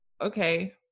okay